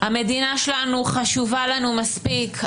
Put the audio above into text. המדינה שלנו חשובה לנו מספיק,